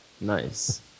nice